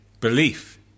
Belief